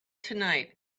tonight